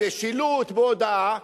כמובן.